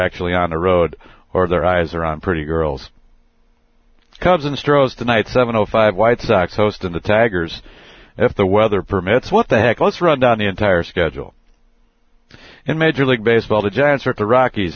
actually on the road or their eyes are on pretty girls cousin stroh's tonight seven zero five white sox host of the tigers if the weather permits what the heck let's run down the entire schedule in major league baseball the giants are at the rockies